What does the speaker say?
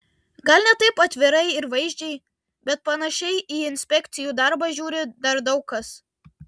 gal ne taip atvirai ir vaizdžiai bet panašiai į inspekcijų darbą žiūri dar daug kas